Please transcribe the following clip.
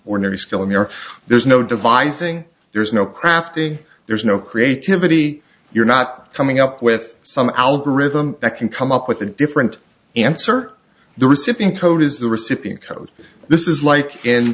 ordinary skill in europe there's no devising there's no crafting there's no creativity you're not coming up with some algorithm that can come up with a different answer the recipient code is the recipient code this is like in